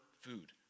food